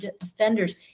offenders